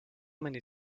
many